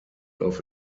off